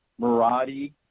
Maradi